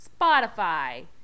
Spotify